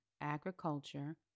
agriculture